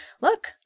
look